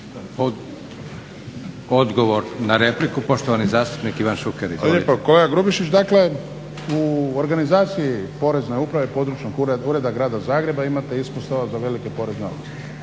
Odgovor na repliku, poštovani zastupnik Ivan Šuker.